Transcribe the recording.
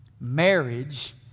Marriage